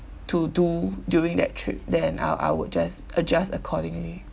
to do during that trip then I I would just adjust accordingly